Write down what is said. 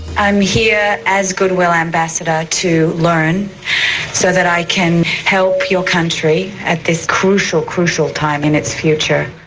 i'm here as goodwill ambassador to learn so that i can help your country at this crucial, crucial time, in its future.